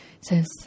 says